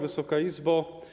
Wysoka Izbo!